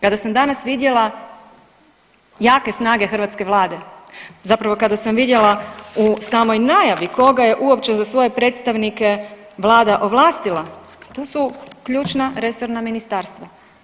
Kada sam danas vidjela jake snage hrvatske Vlade, zapravo kada sam vidjela u samoj najavi koga je uopće za svoje predstavnike Vlada ovlastila, tu su ključna resorna ministarstva.